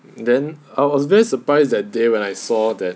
then I was very surprised that day when I saw that